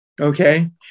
Okay